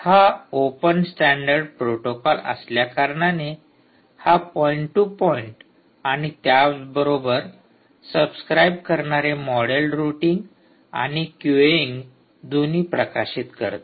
हा open standard protocol असल्या कारणाने हा पॉईंट टू पॉईंट आणि त्याबरोबरच सबस्क्राईब करणारे मॉडेल रूटिंग आणि क्यूएइंग दोन्ही प्रकाशित करते